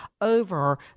over